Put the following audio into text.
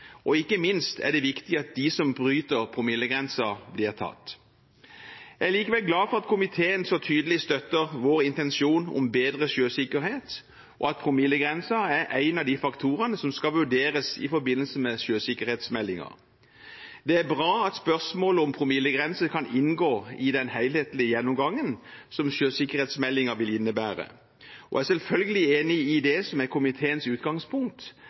og ikke minst er det viktig at de som bryter promillegrensen, blir tatt. Jeg er likevel glad for at komiteen så tydelig støtter vår intensjon om bedre sjøsikkerhet, og at promillegrensen er en av de faktorene som skal vurderes i forbindelse med sjøsikkerhetsmeldingen. Det er bra at spørsmål om promillegrense kan inngå i den helhetlige gjennomgangen som sjøsikkerhetsmeldingen vil innebære, og jeg er selvfølgelig enig i det som er komiteens utgangspunkt,